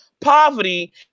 poverty